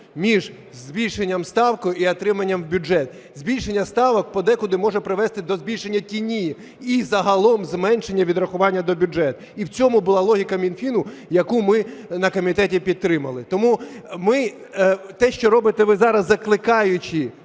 між збільшенням ставки і отриманням в бюджет. Збільшення ставок подекуди може привести до збільшення тіні і загалом зменшення відрахування до бюджету. І в цьому була логіка Мінфіну, яку ми на комітеті підтримали. Тому те, що робите ви зараз, закликаючи